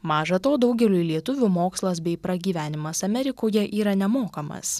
maža to daugeliui lietuvių mokslas bei pragyvenimas amerikoje yra nemokamas